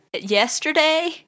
Yesterday